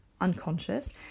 unconscious